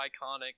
iconic